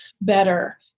better